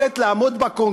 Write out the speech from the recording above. יש לכם יכולת לעמוד בקונגרס,